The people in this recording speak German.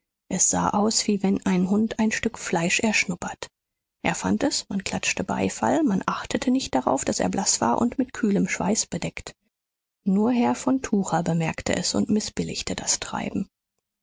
es sah aus wie wenn ein hund ein stück fleisch erschnuppert er fand es man klatschte beifall man achtete nicht darauf daß er blaß war und mit kühlem schweiß bedeckt nur herr von tucher bemerkte es und mißbilligte das treiben